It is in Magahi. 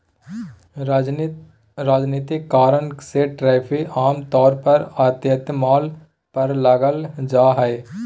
राजनीतिक कारण से टैरिफ आम तौर पर आयातित माल पर लगाल जा हइ